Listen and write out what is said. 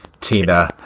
Tina